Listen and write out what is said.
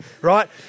right